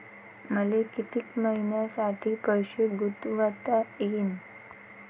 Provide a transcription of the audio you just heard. मले कितीक मईन्यासाठी पैसे गुंतवता येईन?